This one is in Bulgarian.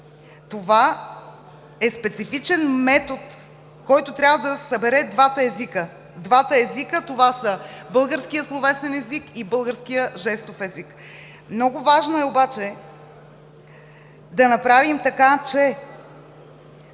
Това е специфичен метод, който трябва да събере двата езика – българския словесен език и българския жестов език. Много важно е да направим така че